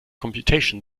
computation